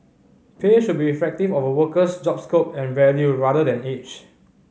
pay should be reflective of a worker's job scope and value rather than age